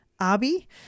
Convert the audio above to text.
Abi